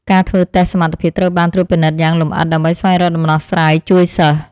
ការធ្វើតេស្តសមត្ថភាពត្រូវបានត្រួតពិនិត្យយ៉ាងលម្អិតដើម្បីស្វែងរកដំណោះស្រាយជួយសិស្ស។